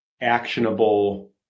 actionable